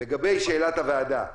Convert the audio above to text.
לגבי שאלת הוועדה,